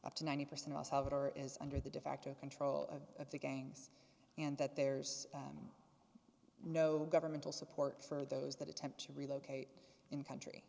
up to ninety percent of us have it or is under the defacto control at the gangs and that there's no governmental support for those that attempt to relocate in country